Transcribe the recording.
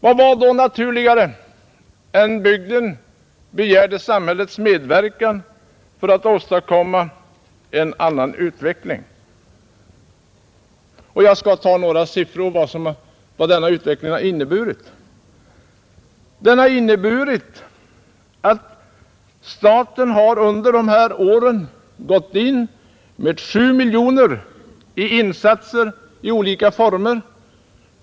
Vad var då naturligare än att bygden begärde samhällets medverkan för att åstadkomma en annan utveckling? Jag skall nämna några siffror som visar vad denna utveckling inneburit. Den har inneburit att staten under dessa år har gått in med 7 miljoner kronor i insatser i olika former.